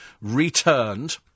returned